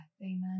Amen